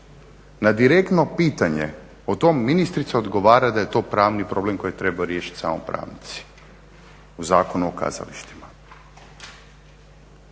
Na direktno pitanje o tome ministrica odgovara da je to pravni problem koji treba riješiti samo pravnici u Zakonu o kazalištima.